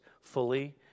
fully